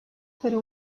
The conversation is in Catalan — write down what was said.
per